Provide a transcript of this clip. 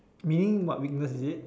meaning what weakness is it